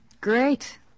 Great